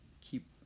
keep